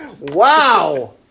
Wow